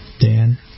Dan